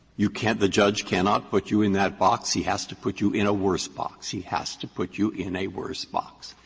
you can't the judge cannot put you in that box, he has to put you in a worse box. he has to put you in a worse box.